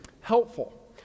helpful